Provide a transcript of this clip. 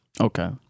Okay